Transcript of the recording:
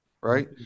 right